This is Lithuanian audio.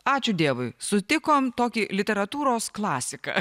ačiū dievui sutikom tokį literatūros klasiką